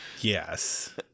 Yes